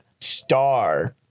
star